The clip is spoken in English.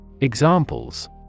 Examples